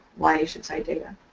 why you should cite data